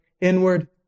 inward